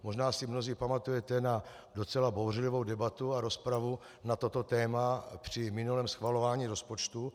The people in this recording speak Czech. Možná si mnozí pamatujete na docela bouřlivou debatu a rozpravu na toto téma při minulém schvalování rozpočtu.